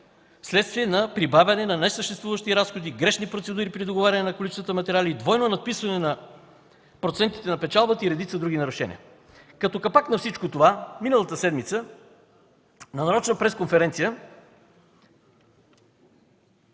вследствие на прибавяне на несъществуващи разходи, грешни процедури при договаряне на количествата материали, двойно надписване на процентите на печалбата и редица други нарушения. Като капак на всичко това миналата седмица на нарочна пресконференция